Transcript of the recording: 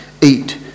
eat